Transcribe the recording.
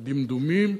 בדמדומים,